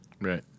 Right